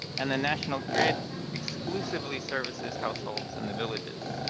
and the national grid exclusively services households in the villages.